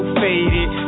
faded